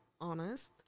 honest